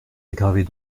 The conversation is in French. aggravez